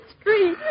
street